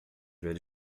velha